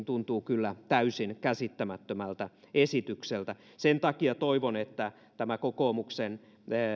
tuntuu kyllä täysin käsittämättömältä esitykseltä sen takia toivon että tämä kokoomuksen